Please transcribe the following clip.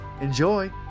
enjoy